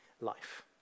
life